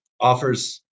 offers